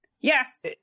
Yes